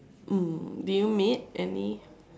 mm do you meet any